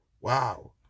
Wow